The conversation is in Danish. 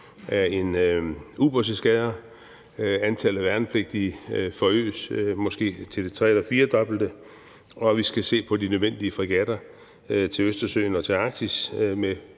af en ubådseskadre, at antallet af værnepligtige skal forøges til måske det tre- eller firedobbelte, og at vi skal se på de nødvendige fregatter til Østersøen og til Arktis